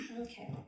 okay